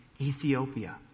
Ethiopia